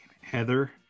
Heather